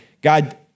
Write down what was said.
God